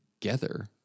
together